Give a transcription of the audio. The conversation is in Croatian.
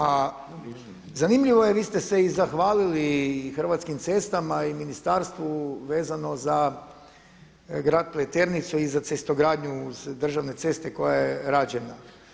A zanimljivo je vi ste se i zahvalili Hrvatskim cestama i ministarstvu vezano za grad Pleternicu i za cestogradnju uz državne ceste koja je rađena.